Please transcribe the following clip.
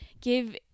give